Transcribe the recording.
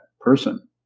person